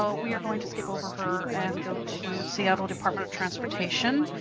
ah we are going to skip over her and go to seattle department of transportation,